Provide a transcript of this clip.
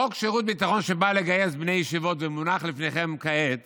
חוק שירות ביטחון שבא לגייס בני ישיבות ומונח לפניכם כעת